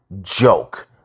joke